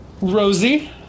Rosie